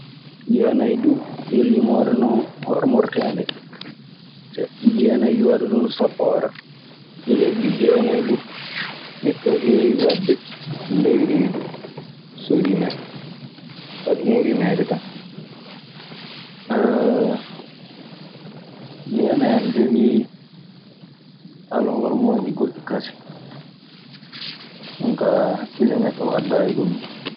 Jeenay duu yo limoore non hormorteende. Sabi jeenay iwataa ɗon sappo wara. Lebbi jeenay du, ɓiɗɗo heewi waɗde ley reedu, so rimee. Fade mun rimeede tan. Jeenay ana jogii alhoromaaji goɗɗi kasen. Jonkaa hakkille neɗɗo waddaayi ɗun nii.